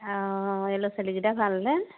অঁ এই ল'ৰা ছোৱালীকেইটাৰ ভালনে